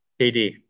KD